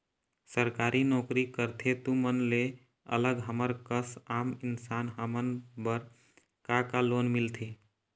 सरकारी नोकरी करथे तुमन ले अलग हमर कस आम इंसान हमन बर का का लोन मिलथे?